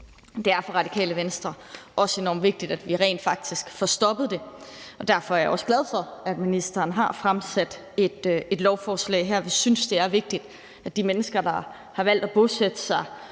Det er for Radikale Venstre også enormt vigtigt, at vi rent faktisk får stoppet det, og derfor er jeg også glad for, at ministeren har fremsat et lovforslag her. Vi synes, det er vigtigt, at de mennesker, der har valgt at bosætte sig